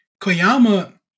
Koyama